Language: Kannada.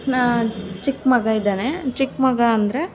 ಚಿಕ್ಕ ಮಗ ಇದ್ದಾನೆ ಚಿಕ್ಕ ಮಗ ಅಂದರೆ